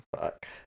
Fuck